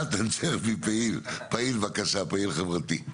נתן ג'רבי, פעיל חברתי, בבקשה.